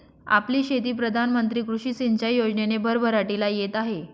आपली शेती प्रधान मंत्री कृषी सिंचाई योजनेने भरभराटीला येत आहे